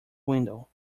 window